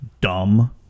dumb